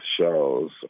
shows